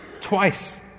twice